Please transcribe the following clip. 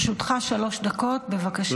לרשותך שלוש דקות, בבקשה.